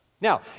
Now